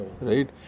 right